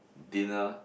dinner